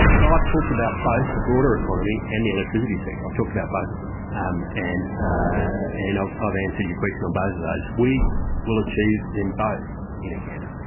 so so i've talked about both the broader economy and the electricity sector. i've talked about both of them um and and ah i've answered your question on both of those. we will achieve them both in a canter.